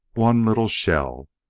one little shell,